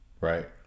right